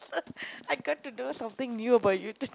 I got to know something new about you too